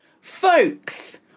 Folks